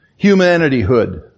humanityhood